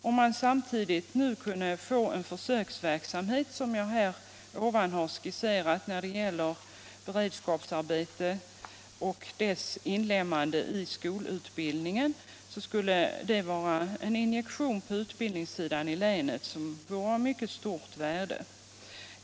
Om man samtidigt nu kunde få till stånd en sådan försöksverksamhet som jag nyss skisserat, avseende inlemmande av beredskapsarbete i skolutbildningen, skulle det innebära en injektion på utbildningsområdet i länet som vore av mycket stort värde.